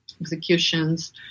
executions